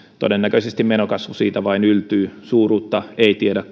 todennäköisesti menokasvu siitä vain yltyy suuruutta ei tiedä